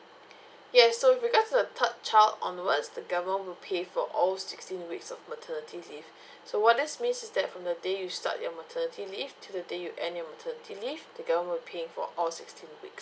yes so with regards to the third child onwards the government will pay for all sixteen weeks of maternity leave so what this means is that from the day you start your maternity leave to the day you end your maternity leave the government will be paying for all sixteen weeks